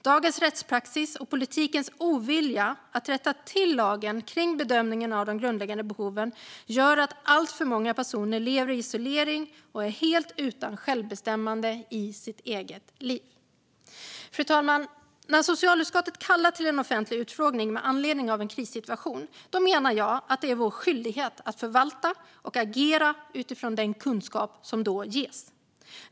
Dagens rättspraxis och politikens ovilja att rätta till lagen om bedömningen av de grundläggande behoven gör att alltför många personer lever i isolering och är helt utan självbestämmande i sitt eget liv. Fru talman! När socialutskottet kallar till en offentlig utfrågning med anledning av en krissituation menar jag att det är vår skyldighet att förvalta och agera utifrån den kunskap som då ges.